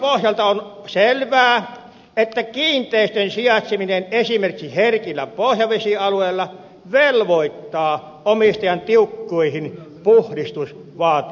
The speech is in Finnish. muistion pohjalta on selvää että kiinteistön sijaitseminen esimerkiksi herkillä pohjavesialueilla velvoittaa omistajan tiukkoihin puhdistusvaatimuksiin